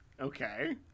Okay